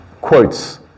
quotes